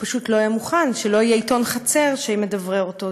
הוא פשוט לא היה מוכן שלא יהיה עיתון חצר שמדברר אותו.